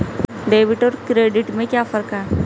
Debit और credit में क्या फर्क है?